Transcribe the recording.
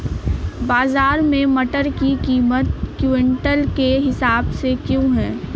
बाजार में मटर की कीमत क्विंटल के हिसाब से क्यो है?